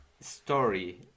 story